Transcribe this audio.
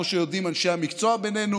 כמו שיודעים אנשי המקצוע בינינו,